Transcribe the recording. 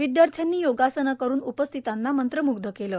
विद्यार्थ्यांनी योगासनं करून उपस्थितांना मंत्रमुग्ध केलं